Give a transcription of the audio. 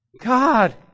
God